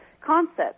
concept